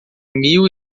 mil